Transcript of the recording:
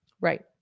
Right